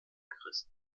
gerissen